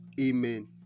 Amen